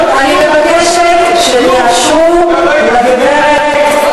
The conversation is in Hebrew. אני מבקשת שתאפשרו לגברת,